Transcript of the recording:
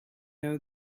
know